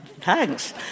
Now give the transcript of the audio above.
Thanks